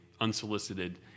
unsolicited